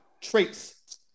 traits